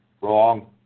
Wrong